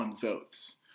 votes